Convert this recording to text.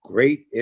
Great